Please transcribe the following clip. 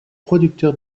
producteur